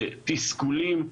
תסכולים,